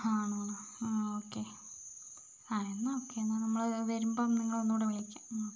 ഹാ ആണോ ആണോ ആ ഓക്കേ ആ എന്നാൽ ഓക്കേ എന്നാൽ നമ്മൾ വരുമ്പോൾ നിങ്ങളെ ഒന്നുകൂടെ വിളിക്കാം